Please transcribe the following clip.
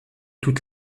toutes